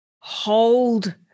hold